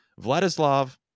Vladislav